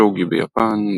שוגי ביפן,